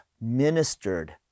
ministered